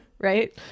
right